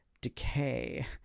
decay